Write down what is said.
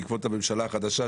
בעקבות הממשלה החדשה,